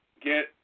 get